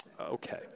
okay